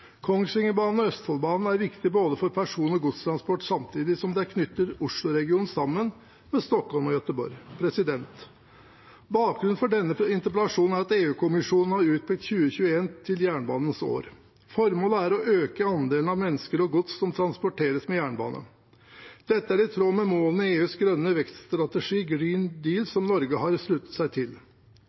Kongsvingerbanen og Østfoldbanen er viktige for både person- og godstransport, samtidig som de knytter Oslo-regionen sammen med Stockholm og Göteborg. Bakgrunnen for denne interpellasjonen er at EU-kommisjonen har utpekt 2021 til jernbanens år. Formålet er å øke andelen av mennesker og gods som transporteres med jernbane. Dette er i tråd med målene i EUs grønne vekststrategi, Green Deal, som Norge har sluttet seg til.